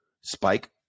spike